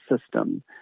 system